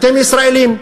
אתם ישראלים,